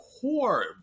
core